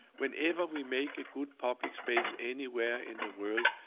whenever we make a good public space anywhere in the world,